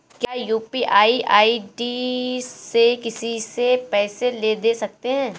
क्या UPI ID से किसी से भी पैसे ले दे सकते हैं?